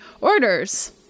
orders